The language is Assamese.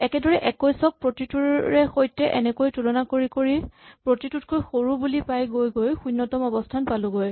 একেদৰে ২১ ক প্ৰতিটোৰে সৈতে এনেকৈ তুলনা কৰি কৰি প্ৰতিটোতকৈ সৰু বুলি পায় গৈ গৈ শূণ্যতম অৱস্হান পালোগৈ